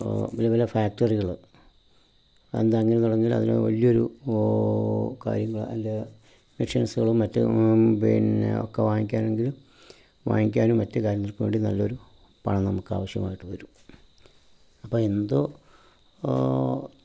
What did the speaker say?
വിവിധ ഫാക്ടറികള് അതെന്താ അങ്ങനെ തുടങ്ങണമെങ്കില് അതിന് വലിയൊരു കാര്യങ്ങള് അതിൻ്റെ മെഷിൻസ്കളും മറ്റും പിന്നെ ഒക്കെ വാങ്ങിക്കാൻ എങ്കിൽ വാങ്ങിക്കാനും മറ്റു കാര്യങ്ങൾക്കും വേണ്ടി നല്ലൊരു പണം നമുക്ക് ആവശ്യമായിട്ട് വരും അപ്പോൾ എന്തോ